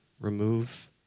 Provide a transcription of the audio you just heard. remove